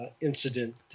incident